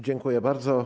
Dziękuję bardzo.